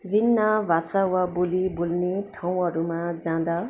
भिन्न भाषा वा बोली बोल्ने ठाउँहरूमा जाँदा